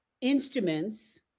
instruments